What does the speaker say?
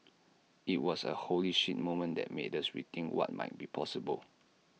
IT was A holy shit moment that made us rethink what might be possible